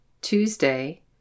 Tuesday